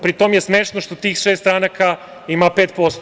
Pri tom je smešno što tih šest stranaka ima 5%